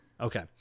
Okay